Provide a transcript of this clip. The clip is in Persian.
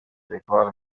بکار